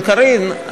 עם קארין,